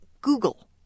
Google